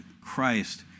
Christ